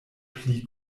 pli